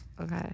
Okay